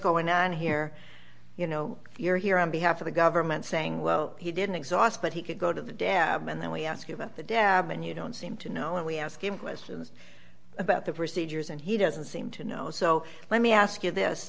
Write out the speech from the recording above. going on here you know you're here on behalf of the government saying well he didn't exhaust but he could go to the dam and then we ask you about the dad when you don't seem to know and we ask him questions about the procedures and he doesn't seem to know so let me ask you this